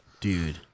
dude